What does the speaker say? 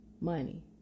money